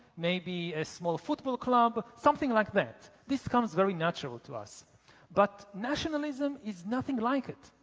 maybe a small football club, something like that. this comes very natural to us but nationalism is nothing like it.